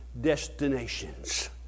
destinations